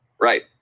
Right